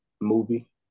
movie